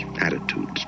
attitudes